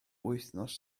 wythnos